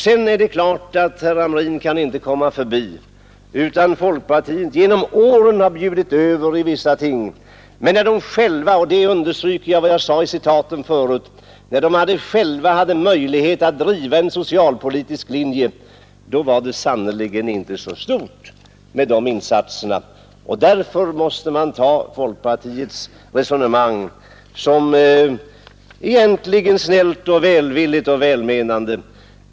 Sedan är det klart att herr Hamrin inte kan komma förbi att folkpartiet under årens lopp bjudit över i vissa ting men att när partiet självt — här understryker jag vad jag sade i mina tidigare lämnade citat — hade möjlighet att driva en socialpolitisk linje, blev insatserna inte så stora. Därför måste man betrakta folkpartiets resonemang som snällt, välvilligt och välmenande.